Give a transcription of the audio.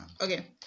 Okay